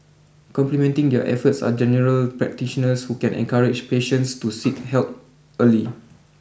complementing their efforts are general practitioners who can encourage patients to seek help early